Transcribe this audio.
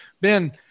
Ben